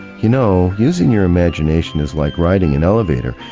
you know using your imagination is like riding an elevator,